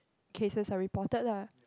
cases are reported lah